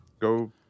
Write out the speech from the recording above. go